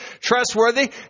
trustworthy